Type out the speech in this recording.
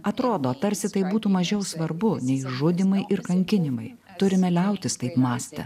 atrodo tarsi tai būtų mažiau svarbu nei žudymai ir kankinimai turime liautis taip mąstę